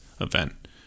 event